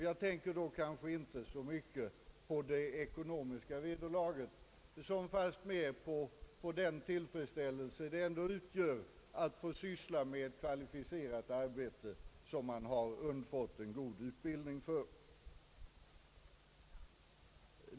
Jag tänker då inte så mycket på det ekonomiska vederlaget som fastmer på den tillfredsställelse det ändå utgör att få syssla med kvalificerat arbete som man skaffat sig en god utbildning för.